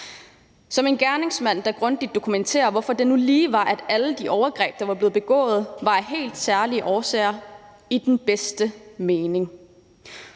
som en gerningsmand, der grundigt dokumenterer, hvorfor det nu lige var, at alle de overgreb, der var blevet begået, var sket af helt særlige årsager i den bedste mening